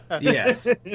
yes